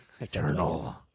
Eternal